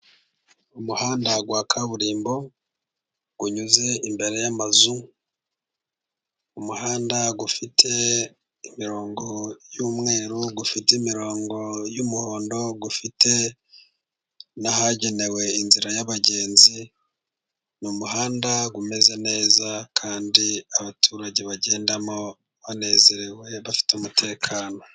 Umuhanda wa kaburimbo unyuze imbere y'amazu, umuhanda ufite imirongo y'umweru, ufite imirongo y'umuhondo, ufite n'ahagenewe inzira y'abagenzi. Ni umuhanda umeze neza kandi abaturage bagendamo banezerewe bafite umutekano.